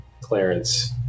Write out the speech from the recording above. Clarence